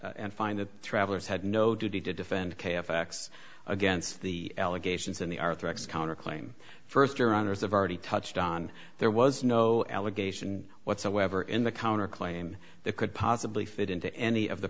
and find that travelers had no duty to defend k f acts against the allegations and they are threats counterclaim first your honour's of already touched on there was no allegation whatsoever in the counter claim that could possibly fit into any of the